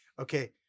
Okay